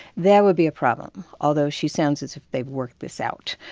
that would be a problem. although, she sounds as if they've worked this out.